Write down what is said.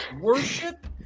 worship